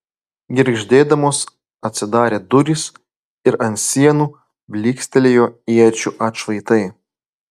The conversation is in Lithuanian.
girgždėdamos atsidarė durys ir ant sienų blykstelėjo iečių atšvaitai